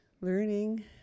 learning